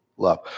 love